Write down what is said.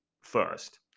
first